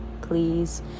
please